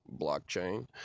blockchain